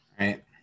Right